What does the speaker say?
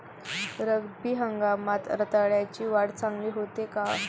रब्बी हंगामात रताळ्याची वाढ चांगली होते का?